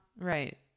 right